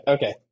Okay